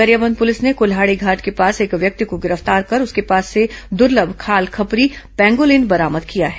Gariaband police ने कुल्हाड़ीघाट के पास एक व्यक्ति को गिरफ्तार कर उसके पास से दुर्लम खाल खपरी पैंगोलिन बरामद किया है